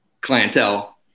clientele